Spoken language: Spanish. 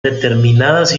determinadas